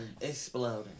Exploding